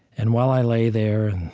and while i lay there,